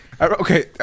Okay